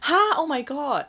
!huh! oh my god